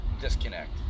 disconnect